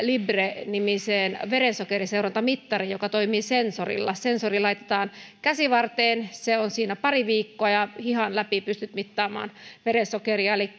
libre nimiseen verensokerin seurantamittariin joka toimii sensorilla sensori laitetaan käsivarteen se on siinä pari viikkoa ja hihan läpi pystyt mittaamaan verensokeria